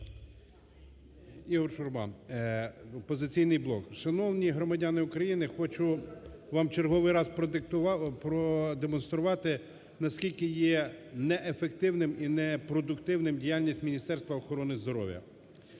Ігор Шурма, "Опозиційний блок". Шановні громадяни України, хочу вас в черговий раз продемонструвати, наскільки є неефективною і непродуктивною діяльність Міністерства охорони здоров'я.